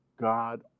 God